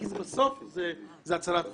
כי זו הצלת חיים.